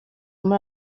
muri